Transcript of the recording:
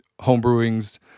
homebrewing's